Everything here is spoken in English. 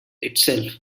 itself